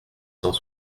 cent